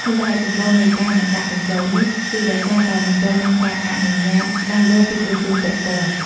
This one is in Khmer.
មូលហេតុចម្បងនៃការមិនដាក់បញ្ចូលនេះ គឺដោយសារតែមិនទាន់មានការអនុញ្ញាតច្បាស់លាស់ពីក្រសួងពាក់ព័ន្ធ។